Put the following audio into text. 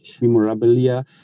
memorabilia